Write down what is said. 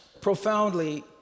profoundly